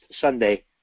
Sunday